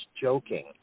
joking